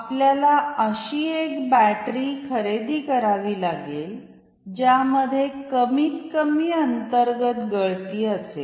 आपल्याला अशी एक बॅटरी खरेदी करावी लागेल ज्यामध्ये कमीत कमी अंतर्गत गळती असेल